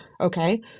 okay